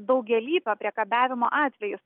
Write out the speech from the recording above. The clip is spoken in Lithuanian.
daugialypio priekabiavimo atvejus